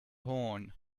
horn